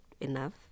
enough